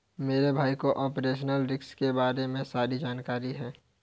मेरे भाई को ऑपरेशनल रिस्क के बारे में सारी जानकारी है